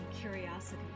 curiosity